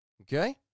okay